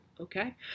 okay